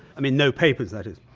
i mean, no papers, that is.